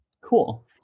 Cool